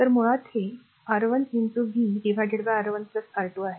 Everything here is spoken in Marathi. तर मुळात ते R1 v R1 R2 आहे